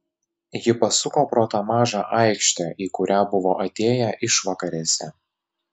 ji pasuko pro tą mažą aikštę į kurią buvo atėję išvakarėse